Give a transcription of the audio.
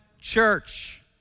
church